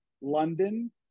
London